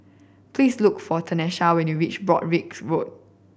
please look for Tenisha when you reach Broadrick Road